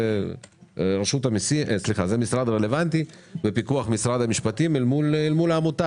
זה המשרד הרלוונטי בפיקוח משרד המשפטים אל מול העמותה,